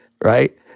right